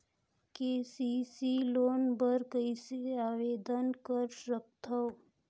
KCC loan बर कइसे आवेदन कर सकथव?